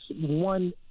one